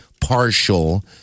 partial